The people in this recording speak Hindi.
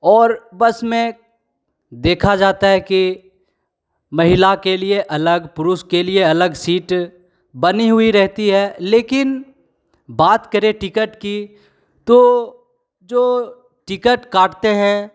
और बस में देखा जाता है कि महिला के लिए अलग पुरुष के लिए अलग सीट बनी हुई रहती है लेकिन बात करें टिकट की तो जो टिकट काटते हैं